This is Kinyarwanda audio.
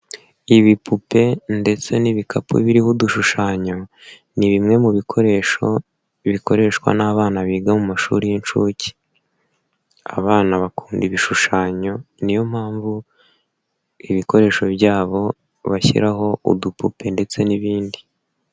Ibipupe ndetse n'ibikapu biriho udushushanyo, ni bimwe mu bikoresho bikoreshwa n'abana biga mu mashuri y'inshuke. Abana bakunda ibishushanyo niyo mpamvu ibikoresho byabo bashyiraho udupupe ndetse n'ibindi.